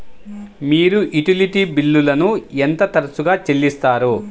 మీరు యుటిలిటీ బిల్లులను ఎంత తరచుగా చెల్లిస్తారు?